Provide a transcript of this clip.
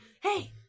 Hey